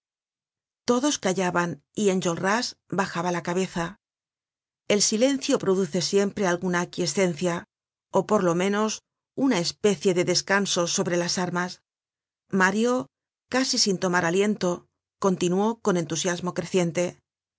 todos callaban y enjolras bajaba la cabeza el silencio produce siempre alguna aquiescencia ó por lo menos una especie de descanso sobre las armas mario casi sin tomar aliento continuó con entusiasmo creciente